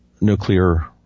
nuclear